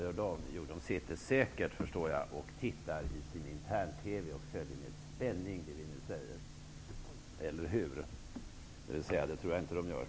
Jo, de sitter säkert, förstår jag, och tittar på sin intern-TV och följer med spänning det som vi nu säger. Eller hur? -- dvs. det tror jag inte att de gör.